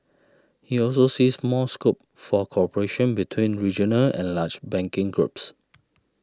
he also sees more scope for cooperation between regional and large banking groups